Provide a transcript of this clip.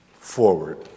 Forward